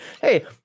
hey